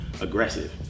aggressive